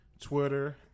Twitter